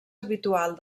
habitual